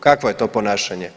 Kakvo je to ponašanje?